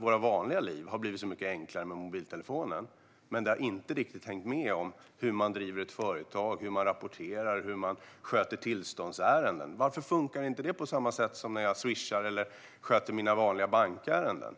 Våra vanliga liv har blivit så mycket enklare med mobiltelefonen, men det har inte riktigt hängt med hur man driver ett företag, hur man rapporterar och hur man sköter tillståndsärenden. Varför fungerar inte det på samma sätt som när jag swishar eller sköter mina vanliga bankärenden?